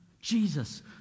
Jesus